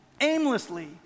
aimlessly